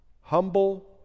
Humble